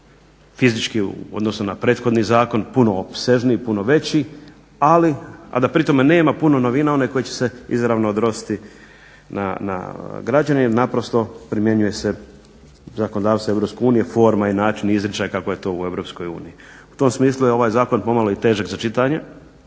čisto fizički, u odnosu na prethodni zakon, puno opsežniji, puno veći, a da pri tome nema puno novina one koje će se izravno odnositi na građane, jer naprosto primjenjuje se zakonodavstvo EU forma, i način i izričaj kako je to u EU. U tom smislu je ovaj zakon pomalo i težak za čitanje,